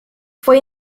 fue